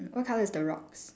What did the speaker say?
what colour is the rocks